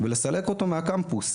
ולסלק אותו מהקמפוס.